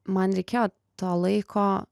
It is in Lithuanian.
man reikėjo to laiko